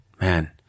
man